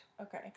Okay